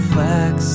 Flex